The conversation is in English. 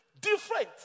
different